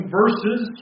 verses